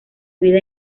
vida